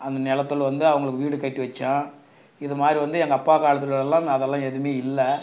அந்த நிலத்துல வந்து அவங்களுக்கு வீடு கட்டி வைச்சேன் இதுமாதிரி வந்து எங்கள் அப்பா காலத்திலலாம் அதெல்லாம் எதுவுமே இல்லை